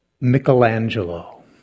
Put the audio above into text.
Michelangelo